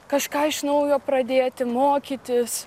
kažką iš naujo pradėti mokytis